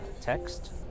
text